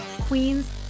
queens